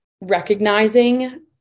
recognizing